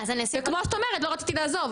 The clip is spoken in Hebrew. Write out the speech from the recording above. וכמו שאת אומרת לא רציתי לעזוב,